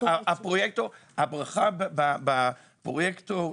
הברכה בפרויקטור,